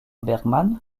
bergman